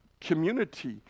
community